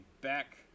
back